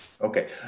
Okay